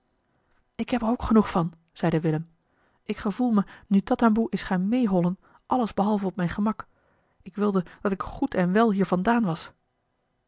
ik heb er ook genoeg van zeide willem ik gevoel me nu tatamboe is gaan meehollen alles behalve op mijn gemak ik wilde dat ik goed en wel hier vandaan was